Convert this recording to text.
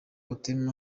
otema